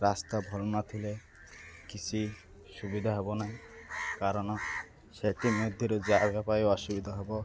ରାସ୍ତା ଭଲ ନ ଥିଲେ କିଛି ସୁବିଧା ହବ ନାହିଁ କାରଣ ସେଥିମଧ୍ୟରୁ ଯାହା ପାଇଁ ଅସୁବିଧା ହବ